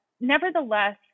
Nevertheless